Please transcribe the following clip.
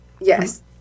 Yes